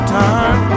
time